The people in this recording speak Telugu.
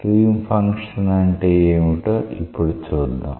స్ట్రీమ్ ఫంక్షన్ అంటే ఏమిటో ఇప్పుడు చూద్దాం